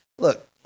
look